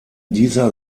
dieser